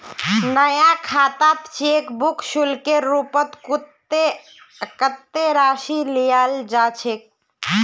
नया खातात cheque book शुल्केर रूपत कत्ते राशि लियाल जा छेक